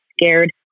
scared